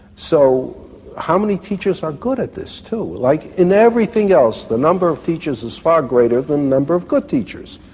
so how many teachers are good at this too? like in everything else, the number of teachers is far greater than the number of good teachers.